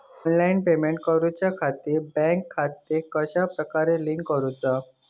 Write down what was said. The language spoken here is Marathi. ऑनलाइन पेमेंट करुच्याखाती बँक खाते कश्या प्रकारे लिंक करुचा?